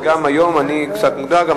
גם היום אני קצת מודאג,